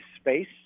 space